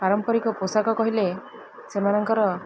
ପାରମ୍ପରିକ ପୋଷାକ କହିଲେ ସେମାନଙ୍କର